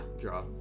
Draw